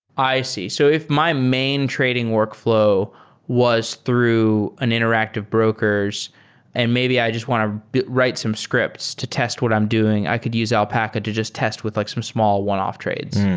i see. so if my main trading workfl ow was through an interactive brokers and maybe i just want to write some scripts to test what i'm doing, i could use alpaca to just test with like some small one-off trades.